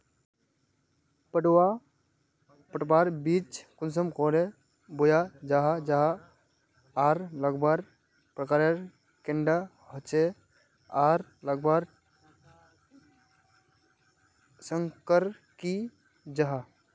पटवा पटवार बीज कुंसम करे बोया जाहा जाहा आर लगवार प्रकारेर कैडा होचे आर लगवार संगकर की जाहा?